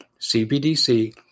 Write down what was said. CBDC